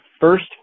first